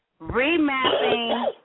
remapping